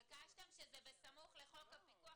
ביקשתם שזה יהיה בסמוך לחוק הפיקוח.